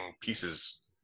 pieces